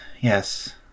Yes